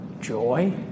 Joy